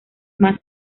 más